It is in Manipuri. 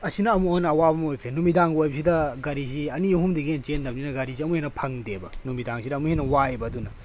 ꯑꯁꯤꯅ ꯑꯃꯨꯛꯀ ꯍꯦꯟꯅ ꯑꯋꯥꯕ ꯑꯣꯏꯈ꯭ꯔꯦ ꯅꯨꯃꯤꯗꯥꯡꯒ ꯑꯣꯏꯕꯁꯤꯗ ꯒꯥꯔꯤꯁꯤ ꯑꯅꯤ ꯑꯍꯨꯝꯗꯒꯤ ꯍꯦꯟꯅ ꯆꯦꯟꯗꯕꯅꯤꯅ ꯒꯥꯔꯤꯁꯤ ꯑꯃꯨꯛ ꯍꯦꯟꯅ ꯐꯪꯗꯦꯕ ꯅꯨꯃꯤꯗꯥꯡꯁꯤꯗ ꯑꯃꯨꯛꯀ ꯍꯦꯟꯅ ꯋꯥꯏꯑꯦꯕ ꯑꯗꯨꯅ